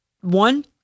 one